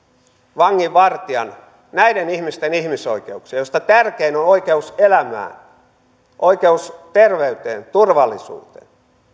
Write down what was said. vanginvartijan näiden ihmisten ihmisoikeuksia joista tärkein on oikeus elämään oikeus terveyteen turvallisuuteen